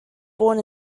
born